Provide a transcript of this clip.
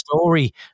story